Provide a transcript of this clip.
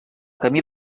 camí